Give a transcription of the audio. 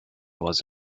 was